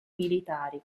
militari